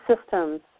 systems